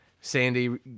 Sandy